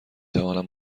توانم